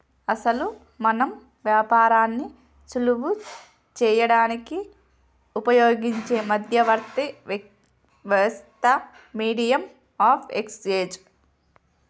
అసలు మనం వ్యాపారాన్ని సులువు చేయడానికి ఉపయోగించే మధ్యవర్తి వ్యవస్థ మీడియం ఆఫ్ ఎక్స్చేంజ్